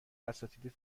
اساتید